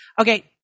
Okay